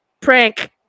prank